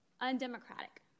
undemocratic